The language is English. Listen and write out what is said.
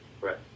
right